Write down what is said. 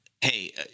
hey